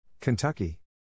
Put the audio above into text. Kentucky